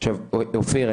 אופיר,